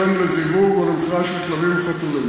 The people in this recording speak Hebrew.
רישיון לזיווג או למכירה של כלבים וחתולים),